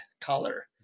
color